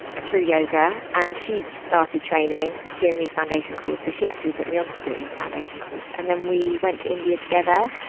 through yoga. and she started training, doing these foundation courses she actually put me on to doing a foundation course. and then we went to india together,